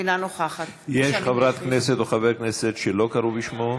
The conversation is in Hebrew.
אינה נוכחת יש חברת כנסת או חבר כנסת שלא קראו בשמם?